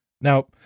Now